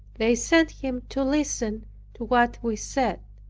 they sent him to listen to what we said.